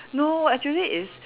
no actually it's